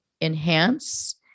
enhance